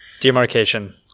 Demarcation